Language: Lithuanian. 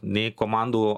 nei komandų